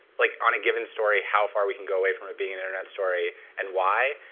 like, on a given story, how far we can go away from it being an internet story and why.